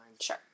Sure